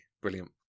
Brilliant